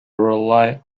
rely